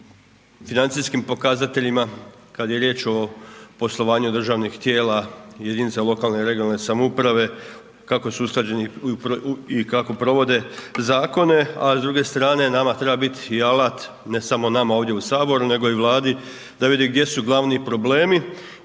o financijskim pokazateljima, kada je riječ o poslovanju državnih tijela jedinica lokalne i regionalne samouprave, kako su usklađeni i kako provode zakone. A s druge strane nama treba biti i alat, ne samo nama ovdje u Saboru nego i Vladi da vidi gdje su glavni problemi